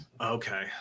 Okay